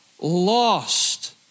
lost